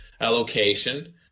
allocation